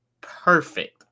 perfect